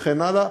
וכן הלאה,